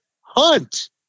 hunt